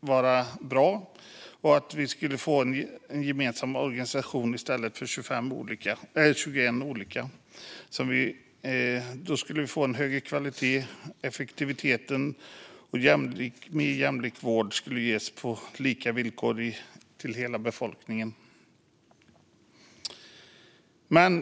vara bra och att vi då skulle få en gemensam organisation i stället för 21 olika, så att en högkvalitativ, effektiv och mer jämlik vård kan ges på lika villkor till hela befolkningen.